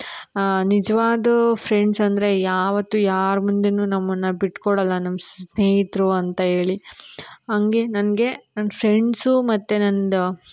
ನಿಜ್ವಾದ friends ಅಂದರೆ ಯಾವತ್ತೂ ಯಾರ ಮುಂದೆಯೂ ನಮ್ಮನ್ನು ಬಿಟ್ಟು ಕೊಡೋಲ್ಲ ನಮ್ಮ ಸ್ನೇಹಿತರು ಅಂತ ಹೇಳಿ ಹಂಗೆ ನನಗೆ ನನ್ನ ಫ್ರೆಂಡ್ಸು ಮತ್ತು ನಂದು